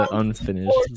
unfinished